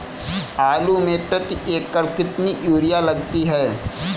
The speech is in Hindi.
आलू में प्रति एकण कितनी यूरिया लगती है?